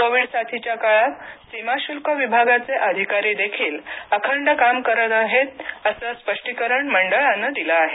Covid साथीच्या काळात सीमाशुल्क विभागाचे अधिकारीदेखील अखंड काम करत आहेत असं स्पष्टीकरण मंडळानं दिलं आहे